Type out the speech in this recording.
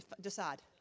decide